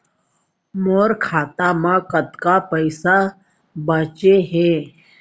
मोर खाता मा कतका पइसा बांचे हे?